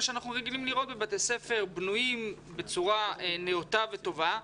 כפי שאנחנו רגילים לראות בבתי ספר בנויים בצורה נאותה וטובה,